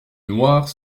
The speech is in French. noirs